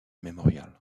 memorial